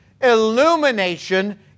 Illumination